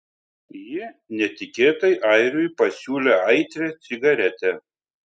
ji netikėtai airiui pasiūlė aitrią cigaretę